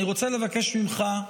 אני רוצה לבקש ממך,